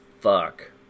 fuck